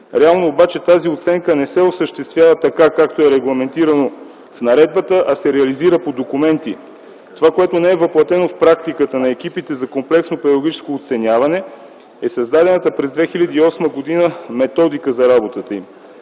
Реално обаче тази оценка не се осъществява така, както е регламентирано в наредбата, а се реализира по документи. Това, което не е въплътено в практиката на екипите за комплексно педагогическо оценяване, е създадената през 2008 г. методика за работата им.